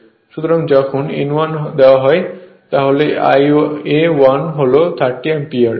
সুতরাং যখন n 1 দেওয়া হয় তখন Ia 1 হল 30 অ্যাম্পিয়ার